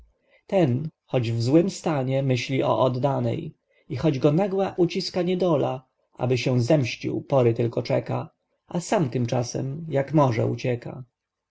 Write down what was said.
ten choć w złym stanie myśli o oddanej i choć go nagła uciska niedola aby się zemścił pory tylko czeka a sam tymczasem jak może ucieka